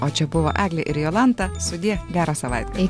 o čia buvo eglė ir jolanta sudie gero savaigalio